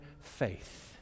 faith